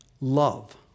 love